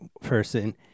person